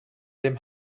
dem